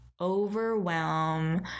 overwhelm